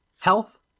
health